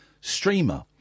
streamer